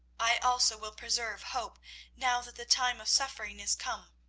i also will preserve hope now that the time of suffering is come.